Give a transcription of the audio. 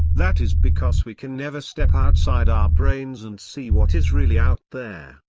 that is because we can never step outside our brains and see what is really out there.